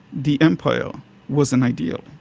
the empire was an ideal,